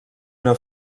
una